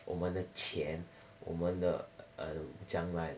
我们的钱我们的将来